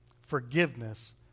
Forgiveness